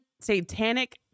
Satanic